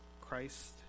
Christ